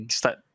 start